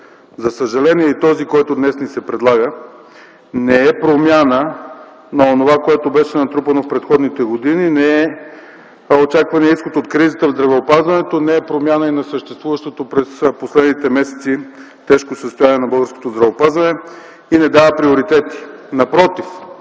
За съжаление и този, който днес ни се предлага, не е промяна на онова, което беше натрупано в предходните години, не е очаквания изход от кризата в здравеопазването, не е промяна и на съществуващото през последните месеци тежко състояние на българското здравеопазване и не дава приоритети. Напротив,